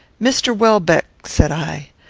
mr. welbeck, said i,